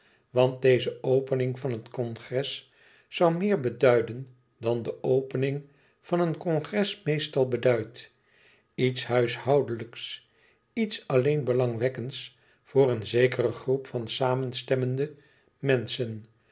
want deze opening van het congres zoû meer beduiden dan de opening van een congres meestal beduidt iets huishoudelijks iets alleen belangwekkends voor een zekere groep van samenstemmende menschen